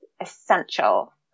essential